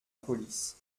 police